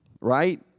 right